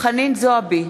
חנין זועבי,